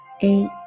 eight